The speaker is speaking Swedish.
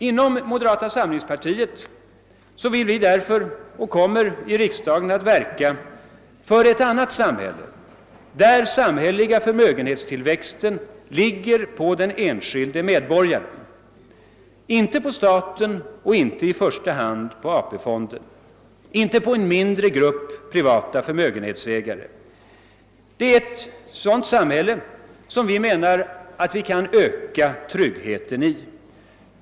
Inom moderata samlingspartiet vill vi och kommer vi i riksdagen att verka för ett annat samhälle, där den samhälleliga förmögenhetstillväxten ligger på den enskilde medborgaren, inte på staten, inte i första hand på AP-fonden och inte på en mindre grupp privata förmögenhetsägare. Det är i ett sådant samhälle som vi menar att vi kan öka tryggheten.